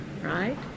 right